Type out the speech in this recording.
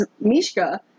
Mishka